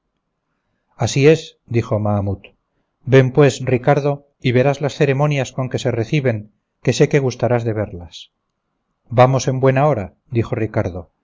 así es dijo mahamut ven pues ricardo y verás las ceremonias con que se reciben que sé que gustarás de verlas vamos en buena hora dijo ricardo